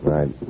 Right